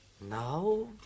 Now